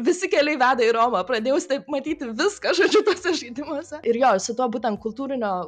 visi keliai veda į romą pradėjau taip matyti viską žodžiu tuose žaidimuose ir jo su tuo būtent kultūrinio